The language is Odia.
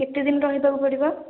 କେତେଦିନ ରହିବାକୁ ପଡ଼ିବ